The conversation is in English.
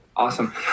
Awesome